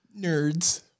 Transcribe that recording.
Nerds